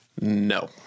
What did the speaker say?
No